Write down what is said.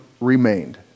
remained